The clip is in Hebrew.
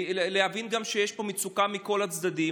להבין גם שיש פה מצוקה מכל הצדדים.